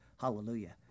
Hallelujah